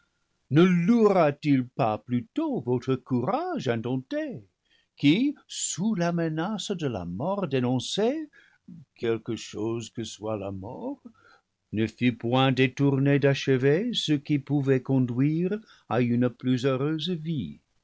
ne louera t il pas plutôt votre courage in dompté qui sous la menace de la mort dénoncée quelque chose que soit la mort ne fut point détourné d'achever ce qui pouvait conduire à une plus heureuse vie